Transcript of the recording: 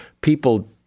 People